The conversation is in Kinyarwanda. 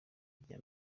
irya